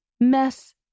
mess